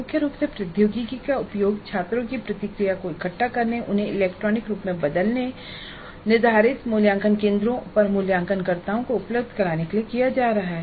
मुख्य रूप से प्रौद्योगिकी का उपयोग छात्रों की प्रतिक्रियाओं को इकट्ठा करने उन्हें इलेक्ट्रॉनिक रूप में बदलने और निर्धारित मूल्यांकन केंद्रों पर मूल्यांकनकर्ताओं को उपलब्ध कराने के लिए किया जा रहा है